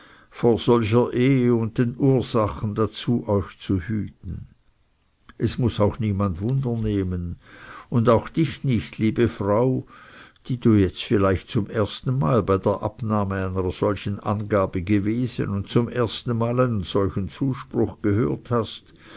und den ursachen dazu euch zu hüten es muß auch niemand wunder nehmen und auch dich nicht liebe frau die du jetzt vielleicht zum erstenmal bei der abnahme einer solchen angabe gewesen und zum erstenmal einen solchen zuspruch gehört hast